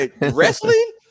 wrestling